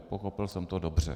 Pochopil jsem to dobře.